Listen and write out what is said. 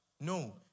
No